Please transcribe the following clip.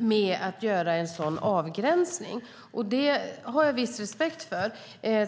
med att göra en sådan avgränsning. Det har jag viss respekt för.